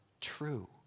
true